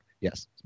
Yes